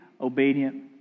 obedient